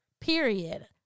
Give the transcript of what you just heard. period